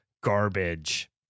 garbage